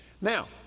Now